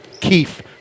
Keefe